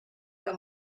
que